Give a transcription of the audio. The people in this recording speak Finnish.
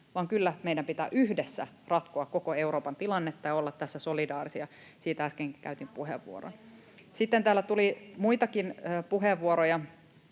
vaan kyllä meidän pitää yhdessä ratkoa koko Euroopan tilannetta ja olla tässä solidaarisia — siitä äskenkin käytin puheenvuoron. [Sanni Grahn-Laasonen: